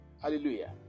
Hallelujah